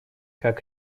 как